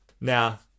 Now